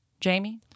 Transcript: Jamie